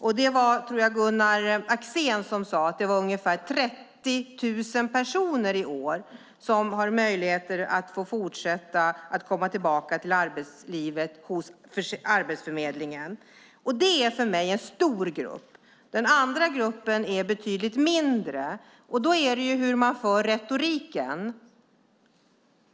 Jag tror att det var Gunnar Axén som sade att det är ungefär 30 000 personer som i år har möjlighet att fortsätta hos Arbetsförmedlingen för att komma tillbaka till arbetslivet. Det är för mig en stor grupp. Den andra gruppen är betydligt mindre. Frågan är hur man för retoriken.